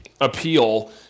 appeal